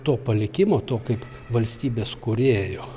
to palikimo to kaip valstybės kūrėjo